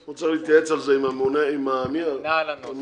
אשר, הוא צריך להתייעץ על זה עם הממונה על הנוסח.